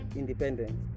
independence